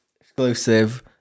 exclusive